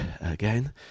again